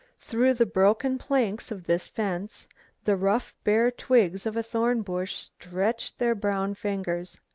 through the broken planks of this fence the rough bare twigs of a thorn bush stretched their brown fingers.